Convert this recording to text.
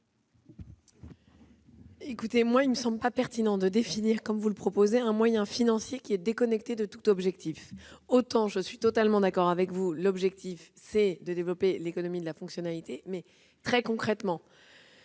d'État. Il ne me semble pas pertinent de définir, comme vous le proposez, un moyen financier déconnecté de tout objectif. Je suis totalement d'accord avec vous, le but, c'est de développer l'économie de la fonctionnalité, mais, de